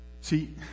See